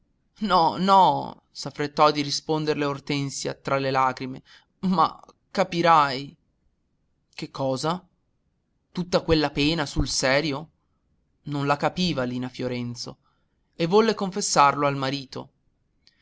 domanda no no s'affrettò a risponderle ortensia tra le lagrime ma capirai che cosa tutta quella pena sul serio non la capiva lina fiorenzo e volle confessarlo al marito